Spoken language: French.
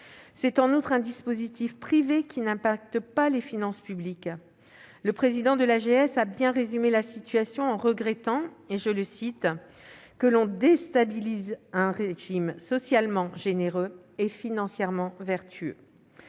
c'est un dispositif privé qui n'impacte pas les finances publiques. Le président de l'AGS a bien résumé la situation, en regrettant que « l'on déstabilise un régime socialement généreux et financièrement vertueux ».